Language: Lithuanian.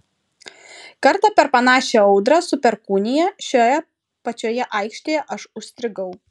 kartą per panašią audrą su perkūnija šioje pačioje aikštėje aš užstrigau